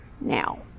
now